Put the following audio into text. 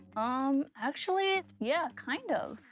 um, actually yeah, kind of.